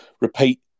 repeat